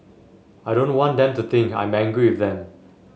I don't want them to think I am angry with them